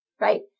right